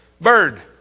bird